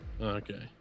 okay